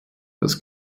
das